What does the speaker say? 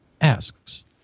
asks